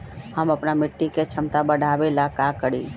हम अपना मिट्टी के झमता बढ़ाबे ला का करी?